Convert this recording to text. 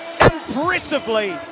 Impressively